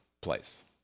place